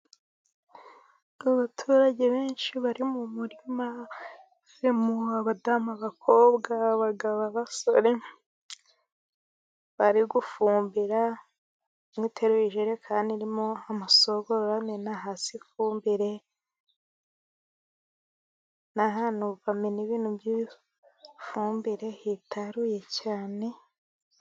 Abaturage benshi bari mu murima harimo abadamu, abakobwa, abagabo, basore bari gufumbira, harimo umwe uteruye ijerekani irimo amasohogororo amena hasi ifumbire, n'ahantu bamena ibintu by'ifumbire hitaruye cyane.